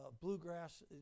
bluegrass